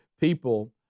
people